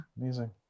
Amazing